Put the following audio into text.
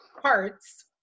parts